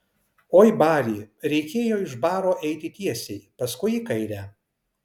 oi bari reikėjo iš baro eiti tiesiai paskui į kairę